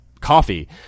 coffee